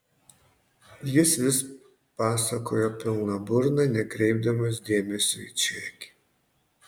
jis vis pasakojo pilna burna nekreipdamas dėmesio į čekį